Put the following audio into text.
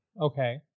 Okay